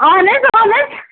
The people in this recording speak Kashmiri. اَہَن حظ اَہن حظ